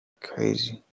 crazy